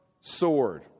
sword